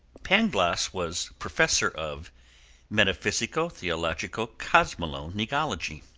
pangloss was professor of metaphysico-theologico-cosmolo-nigology.